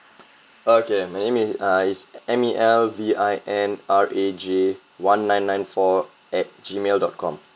okay my email uh is M E L V I N R A J one nine nine four at gmail dot com